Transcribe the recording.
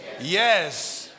Yes